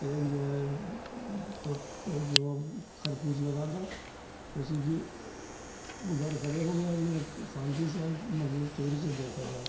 एक जो है तब पर जो अब वह खरबूज लगा था उसी के उधर खड़े हो गए हमने शान्ति से मतलब चोरी से देखा जाए